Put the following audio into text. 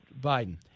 Biden